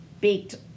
baked